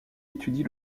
étudie